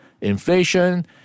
inflation